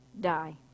die